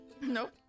nope